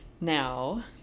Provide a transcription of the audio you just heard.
Now